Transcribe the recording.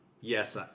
yes